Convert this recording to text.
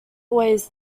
always